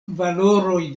valoroj